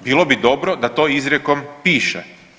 bilo bi dobro da to izrijekom piše.